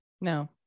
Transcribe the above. No